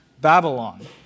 Babylon